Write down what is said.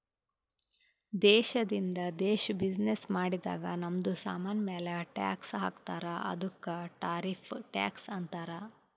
ದೇಶದಿಂದ ದೇಶ್ ಬಿಸಿನ್ನೆಸ್ ಮಾಡಾಗ್ ನಮ್ದು ಸಾಮಾನ್ ಮ್ಯಾಲ ಟ್ಯಾಕ್ಸ್ ಹಾಕ್ತಾರ್ ಅದ್ದುಕ ಟಾರಿಫ್ ಟ್ಯಾಕ್ಸ್ ಅಂತಾರ್